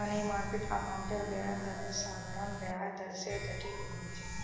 money market अकाउंटेर ब्याज दरो साधारण ब्याज दर से जटिल होचे